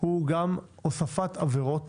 הוא הוספת עבירות